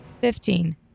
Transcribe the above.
Fifteen